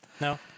No